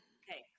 okay